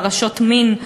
פרשות מין,